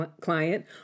client